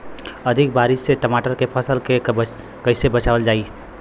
अधिक बारिश से टमाटर के फसल के कइसे बचावल जाई?